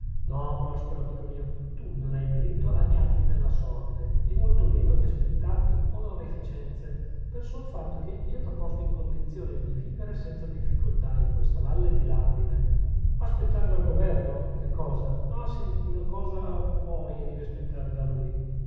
no prospero amico mio tu non hai diritto a lagnarti della sorte e molto meno di aspettarti onorificenze pel solo fatto che iddio t'ha posto in condizione di vivere senza difficoltà in questa valle di lagrime aspettare dal governo che cosa ah sì una cosa puoi e devi aspettare da lui